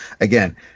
again